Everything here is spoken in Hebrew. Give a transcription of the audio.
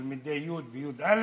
תלמידי ט' וי"א,